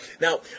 Now